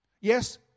Yes